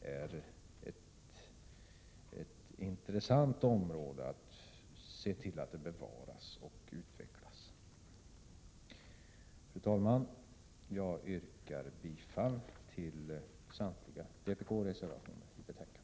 är ett intressant område att bevara och utveckla. 13 Fru talman! Jag yrkar bifall till samtliga vpk-reservationer i betänkandet.